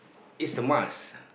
is a must